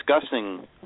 discussing